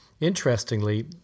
Interestingly